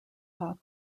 hawk